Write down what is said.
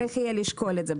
צריך יהיה לשקול את זה.